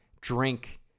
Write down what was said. drink